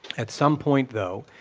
at some point, though,